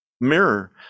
mirror